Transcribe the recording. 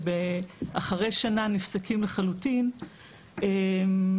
שנפסקים לחלוטין אחרי שנה,